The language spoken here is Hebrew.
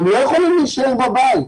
הם לא יכולים להישאר בבית.